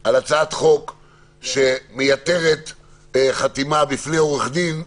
הצבענו כאן בוועדה על הצעת חוק שמייתרת חתימה בפני עורך דין,